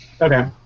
Okay